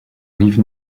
rive